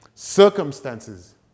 Circumstances